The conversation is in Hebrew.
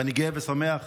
ואני גאה ושמח,